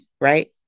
right